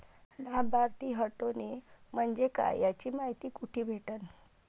लाभार्थी हटोने म्हंजे काय याची मायती कुठी भेटन?